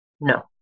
No